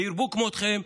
ושירבו כמותכם,